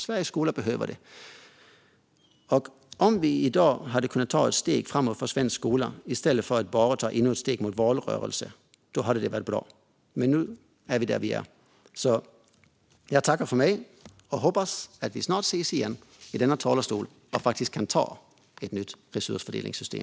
Sveriges skolor behöver nämligen det. Om vi i dag hade kunnat ta ett steg framåt för svensk skola i stället för att bara ta steg mot valrörelsen hade det varit bra. Men nu är vi där vi är. Jag tackar för mig och hoppas att vi snart ses igen här i kammaren och faktiskt kan anta ett nytt resursfördelningssystem.